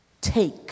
Take